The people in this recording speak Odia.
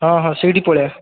ହଁ ହଁ ସେଇଠି ପଳେଇଆ